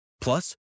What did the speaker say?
Plus